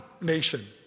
nation